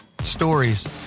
Stories